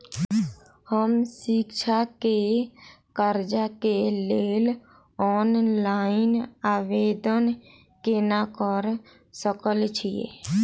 हम शिक्षा केँ कर्जा केँ लेल ऑनलाइन आवेदन केना करऽ सकल छीयै?